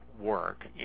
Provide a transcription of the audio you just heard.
work